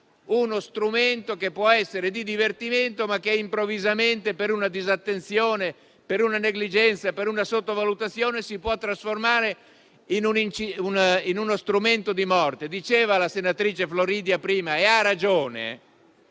uno strumento che può essere di divertimento, ma che improvvisamente per una disattenzione, per una negligenza o per una sottovalutazione, si può trasformare in uno strumento di morte. Prima la senatrice Aurora Floridia diceva, a ragione,